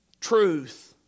truth